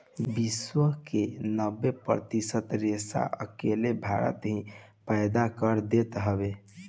विश्व के नब्बे प्रतिशत रेशम अकेले भारत ही पैदा कर देत हवे